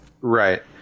Right